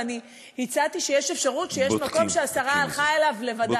ואני הצעתי שיש אפשרות שיש מקום שהשרה הלכה אליו לבדה.